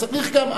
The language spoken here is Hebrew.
צריך גם,